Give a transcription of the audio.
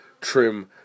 trim